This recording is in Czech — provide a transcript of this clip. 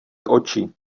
oči